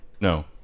no